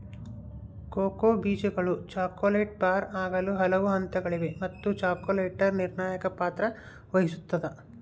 cocoa ಬೀಜಗಳು chocolate bar ಆಗಲು ಹಲವು ಹಂತಗಳಿವೆ ಮತ್ತು ಚಾಕೊಲೇಟರ್ ನಿರ್ಣಾಯಕ ಪಾತ್ರ ವಹಿಸುತ್ತದ